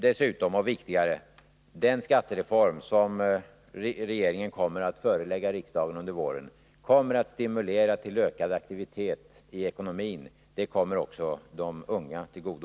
Dessutom — och det är viktigare — kommer den skattereform som regeringen skall förelägga riksdagen under våren att stimulera till ökad aktivitet i ekonomin. Det kommer också de unga till godo.